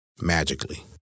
magically